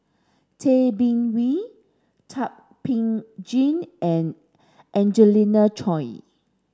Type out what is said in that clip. Tay Bin Wee Thum Ping Tjin and Angelina Choy